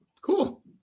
cool